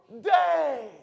day